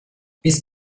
bist